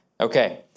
Okay